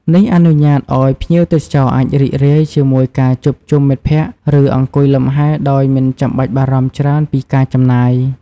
នេះអនុញ្ញាតឲ្យភ្ញៀវទេសចរអាចរីករាយជាមួយការជួបជុំមិត្តភក្តិ ឬអង្គុយលំហែដោយមិនចាំបាច់បារម្ភច្រើនពីការចំណាយ។